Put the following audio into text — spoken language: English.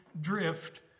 drift